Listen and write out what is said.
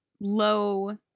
low